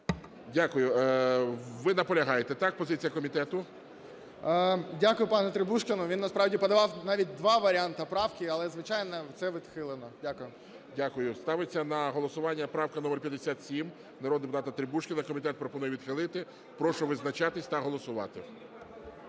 Дякую. Ви наполягаєте, так? Позиція комітету. 18:41:31 ЖЕЛЕЗНЯК Я.І. Дякую пану Требушкіну. Він насправді подавав навіть два варіанти правки, але, звичайно, це відхилено. Дякую. ГОЛОВУЮЧИЙ. Дякую. Ставиться на голосування правка номер 57 народного депутата Требушкіна. Комітет пропонує відхилити. Прошу визначатись та голосувати.